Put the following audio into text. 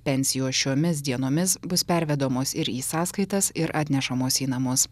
pensijos šiomis dienomis bus pervedamos ir į sąskaitas ir atnešamos į namus